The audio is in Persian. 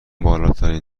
بالاترین